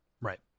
Right